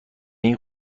این